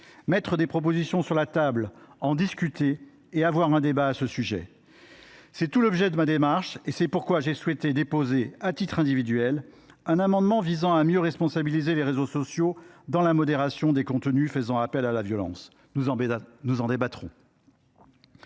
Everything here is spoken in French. mettre des propositions sur la table, en discuter et avoir un débat à ce sujet. C’est tout l’objet de ma démarche et c’est pourquoi j’ai souhaité déposer, à titre individuel, un amendement visant à mieux responsabiliser les réseaux sociaux dans la modération des contenus faisant appel à la violence. Nous en débattrons.